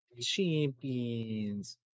champions